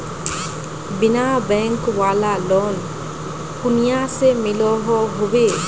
बिना बैंक वाला लोन कुनियाँ से मिलोहो होबे?